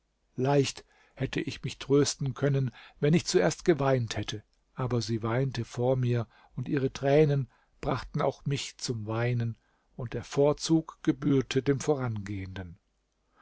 leicht hätte ich mich trösten können wenn ich zuerst geweint hätte aber sie weinte vor mir und ihre tränen brachten auch mich zum weinen und der vorzug gebührte dem vorangehenden